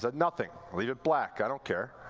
but nothing, leave it black. i don't care.